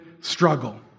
struggle